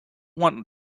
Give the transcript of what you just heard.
want